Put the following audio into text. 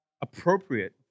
appropriate